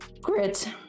Grit